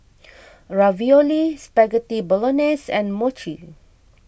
Ravioli Spaghetti Bolognese and Mochi